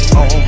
on